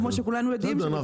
כמו שכולנו יודעים -- בסדר,